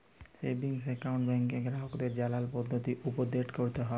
savings account ব্যাংকে গ্রাহককে জালার পদ্ধতি উপদেট ক্যরতে হ্যয়